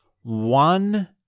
one